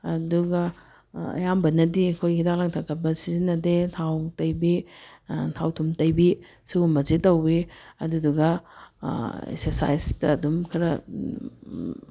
ꯑꯗꯨꯒ ꯑꯌꯥꯝꯕꯅꯗꯤ ꯑꯩꯈꯣꯏꯒꯤ ꯍꯤꯗꯥꯛ ꯂꯥꯡꯊꯛ ꯑꯀꯟꯕꯁꯦ ꯁꯤꯖꯤꯟꯅꯗꯦ ꯊꯥꯎ ꯇꯩꯕꯤ ꯊꯥꯎ ꯊꯨꯝ ꯇꯩꯕꯤ ꯁꯤꯒꯨꯝꯕꯁꯦ ꯇꯧꯏ ꯑꯗꯨꯗꯨꯒ ꯑꯦꯛꯁꯔꯁꯥꯏꯁꯇ ꯑꯗꯨꯝ ꯈꯔ